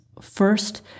First